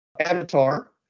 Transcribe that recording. Avatar